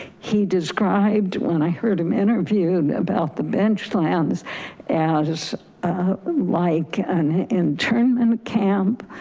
he described when i heard him interviewed about the bench lands as like an internment camp,